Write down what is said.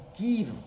give